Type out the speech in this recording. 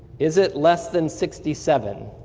is it less than sixty seven?